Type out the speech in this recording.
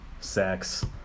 sex